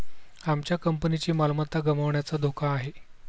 आमच्या कंपनीची मालमत्ता गमावण्याचा धोका आहे